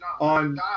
on